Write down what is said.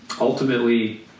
Ultimately